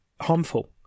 harmful